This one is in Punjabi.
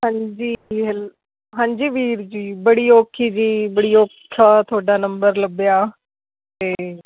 ਹਾਂਜੀ ਹੈਲ ਹਾਂਜੀ ਵੀਰ ਜੀ ਬੜੀ ਔਖੀ ਜੀ ਬੜੀ ਔਖਾ ਤੁਹਾਡਾ ਨੰਬਰ ਲੱਭਿਆ ਤੇ